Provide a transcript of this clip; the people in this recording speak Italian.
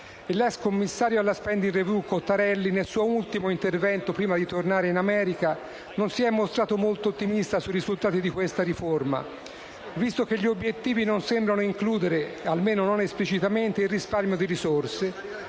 l'*ex* commissario alla *spending review* Cottarelli nel suo ultimo intervento, prima di tornare in America, non si è mostrato molto ottimista sui risultati di questa riforma, visto che gli obiettivi non sembrano includere, almeno non esplicitamente, il risparmio di risorse